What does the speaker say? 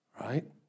Right